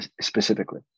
specifically